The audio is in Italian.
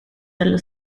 dallo